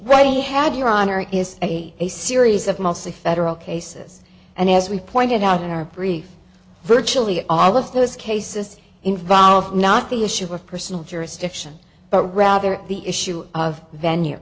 right he had your honor is a series of mostly federal cases and as we pointed out in our brief virtually all of those cases involve not the issue of personal jurisdiction but rather the issue of venue